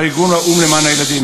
ארגון האו"ם למען הילדים.